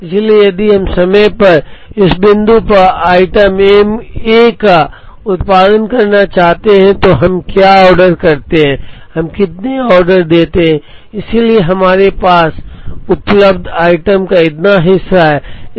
इसलिए यदि हम समय पर इस बिंदु पर आइटम ए का उत्पादन करना चाहते हैं तो हम क्या ऑर्डर करते हैं हम कितना ऑर्डर करते हैं इसलिए हमारे पास हमारे पास उपलब्ध आइटम का इतना हिस्सा है